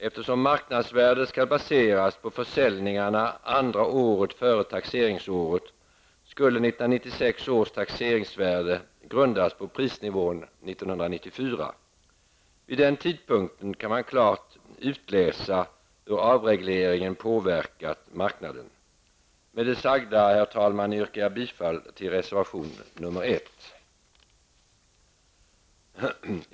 Eftersom marknadsvärdet skall baseras på försäljningarna andra året före taxeringsåret skulle 1996 års taxeringsvärde grundas på prisnivån 1994. Vid den tidpunkten kan man klart utläsa hur avregleringen har påverkat marknaden. Herr talman! Med det sagda yrkar jag bifall till reservation nr 1.